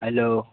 hello